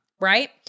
Right